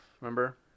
remember